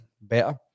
better